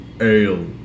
Ale